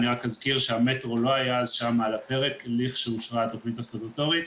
רק אזכיר שהמטרו לא היה על הפרק לכשאושרה התכנית הסטטוטורית,